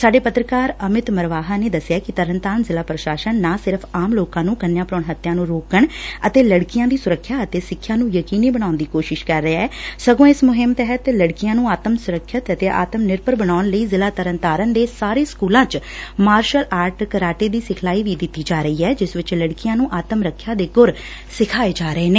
ਸਾਡੇ ਪੱਤਰਕਾਰ ਅਮਿਤ ਮਰਵਾਹਾ ਨੇ ਦਸਿਐ ਕਿ ਤਰਨਤਾਰਨ ਜ਼ਿਲ੍ਹਾ ਪ੍ਰਸ਼ਾਸਨ ਨਾ ਸਿਰਫ਼ ਆਮ ਲੋਕਾ ਨੂੰ ਕੰਨਿਆ ਭਰੂਣ ਹੱਤਿਆ ਨੂ ਰੋਕਣ ਅਤੇ ਲੜਕੀਆਂ ਦੀ ਸੁਰੱਖਿਆ ਅਤੇਂ ਸਿਖਿਆ ਨੂੰ ਯਕੀਨੀ ਬਣਾਉਣ ਦੀ ਕੋਸ਼ਿਸ਼ ਕਰ ਰਹੀ ਐ ਸਗੋਂ ਇਸ ਮੁਹਿੰਮ ਤਹਿਤ ਲਤਕੀਆਂ ਨੂੰ ਆਤਮ ਸੁਰੱਖਿਅਤ ਅਤੇ ਆਤਮ ਨਿਰਭਰ ਬਣਾਉਣ ਲਈ ਜ਼ਿਲ੍ਹਾ ਤਰਨਤਾਰਨ ਦੇ ਸਾਰੇ ਸਕੂਲਾਂ ਚ ਮਾਰਸ਼ਲ ਆਰਟ ਕਰਾਟੇ ਦੀ ਸਿਖਲਾਈ ਦਿੱਤੀ ਜਾ ਰਹੀ ਐ ਜਿਸ ਵਿਚ ਲੜਕੀਆਂ ਨੂੰ ਆਤਮ ਰੱਖਿਆ ਦੇ ਗੁਰ ਸਿਖਾਏ ਜਾ ਰਹੇ ਨੇ